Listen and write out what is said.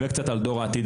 וקצת על דור העתיד,